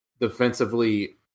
defensively